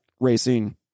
racing